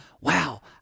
wow